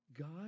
God